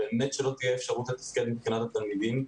באמת שלא תהיה אפשרות מבחינת התלמידים.